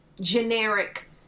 generic